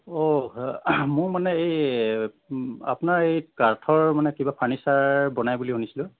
অঁ মোৰ মানে এই আপোনাৰ এই কাঠৰ মানে কিবা ফাৰ্নিচাৰ বনাই বুলি শুনিছিলোঁ